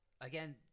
Again